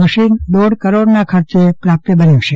machine દોઢ કરોડના ખર્ચે પ્રાપ્ય બનાવાયું છે